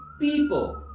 people